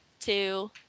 two